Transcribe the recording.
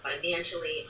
financially